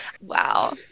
Wow